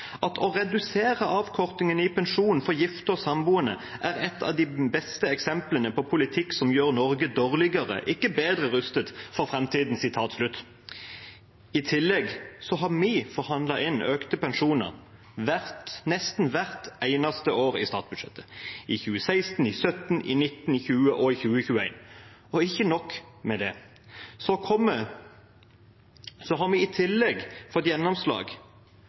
å redusere avkortingen i pensjonen for gifte og samboende, er ett av de beste eksemplene på politikk som gjør Norge dårligere, ikke bedre, rustet for fremtiden.» I tillegg har vi forhandlet inn økte pensjoner nesten hvert eneste år i statsbudsjettet – i 2016, i 2017, i 2019, i 2020 og i 2021. Ikke nok med det, i tillegg har vi det vi får gjennomslag